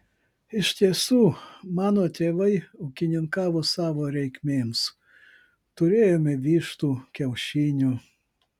iš tiesų mano tėvai ūkininkavo savo reikmėms turėjome vištų kiaušinių